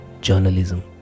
journalism